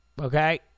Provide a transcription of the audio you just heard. Okay